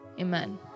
amen